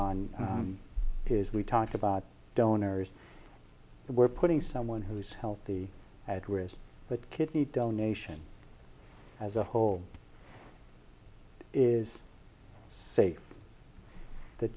his we talked about donors we're putting someone who's healthy at risk but kidney donation as a whole is safe the